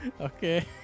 Okay